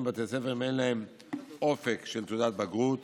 בבתי הספר אם אין להם אופק של תעודת בגרות